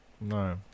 No